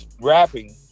rapping